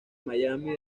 miami